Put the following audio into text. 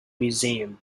museum